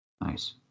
nice